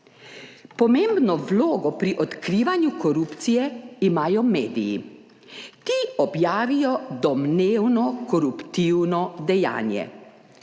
Pomembno vlogo pri odkrivanju korupcije imajo mediji, ki objavijo domnevno koruptivno dejanje.